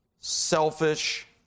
selfish